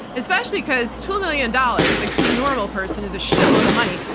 especially because two million dollars, like to a normal person, is a shitload of money.